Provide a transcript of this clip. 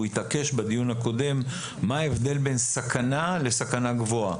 הוא התעקש בדיון הקודם לדבר על מה ההבדל בין סכנה לסכנה גבוהה.